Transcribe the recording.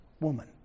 woman